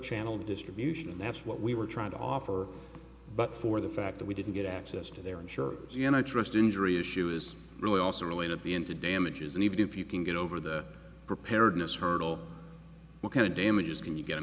channel distribution and that's what we were trying to offer but for the fact that we didn't get access to their insurer she and i trust injury issue is really also relate at the end to damages and even if you can get over that preparedness hurdle what kind of damages can you get